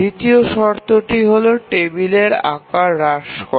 দ্বিতীয় শর্তটি হল টেবিলের আকার হ্রাস করা